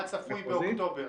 מה צפוי באוקטובר?